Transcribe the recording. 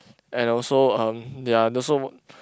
and also um they are also